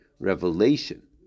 Revelation